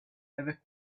ever